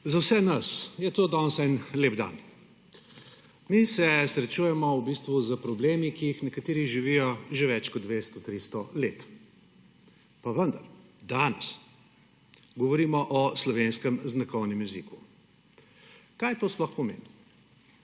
Za vse nas je to danes en lep dan. Mi se srečujemo v bistvu z problemi, ki jih nekateri živijo že več kot 200, 300 let. Pa vendar, danes, govorimo o slovenskem znakovnem jeziku. Kaj to sploh pomeni?